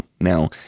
Now